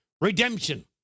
redemption